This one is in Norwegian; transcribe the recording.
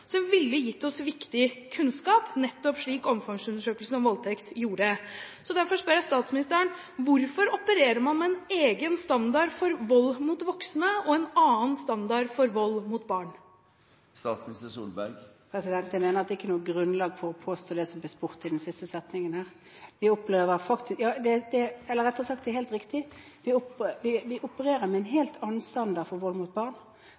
som ville gitt oss viktig kunnskap, nettopp slik omfangsundersøkelsen om voldtekt gjorde. Derfor spør jeg statsministeren: Hvorfor opererer man med en egen standard for vold mot voksne og en annen standard for vold mot barn? Jeg mener at det ikke er noe grunnlag for å påstå det som det ble spurt om i den siste setningen. Eller, rettere sagt, det er helt riktig: Vi opererer med en helt annen standard for vold mot barn.